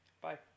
Bye